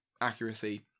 accuracy